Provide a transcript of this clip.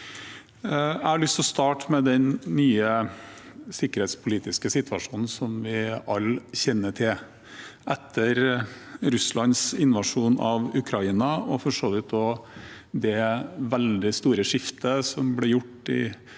lyst å starte med den nye sikkerhetspolitiske situasjonen som vi alle kjenner til etter Russlands invasjon av Ukraina, og for så vidt også det veldig store skiftet som ble gjort